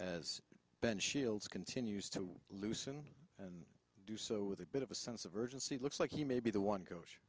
as ben shields continues to loosen and do so with a bit of a sense of urgency looks like he may be the one